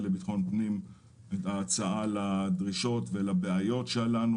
לביטחון פנים הצעה לדרישות ולבעיות שלנו.